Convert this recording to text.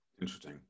Interesting